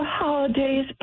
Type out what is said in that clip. holidays